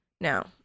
Now